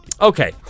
Okay